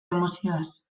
emozioaz